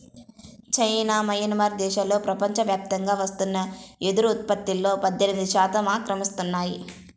China, Myanmar దేశాలు ప్రపంచవ్యాప్తంగా వస్తున్న వెదురు ఉత్పత్తులో పద్దెనిమిది శాతం ఆక్రమిస్తున్నాయి